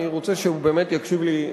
אני רוצה שהוא באמת יקשיב לי,